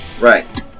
Right